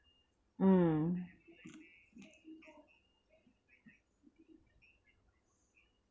mm